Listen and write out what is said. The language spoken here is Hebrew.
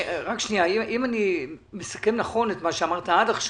אם אני מסכם נכון את מה שאמרת עד עכשיו,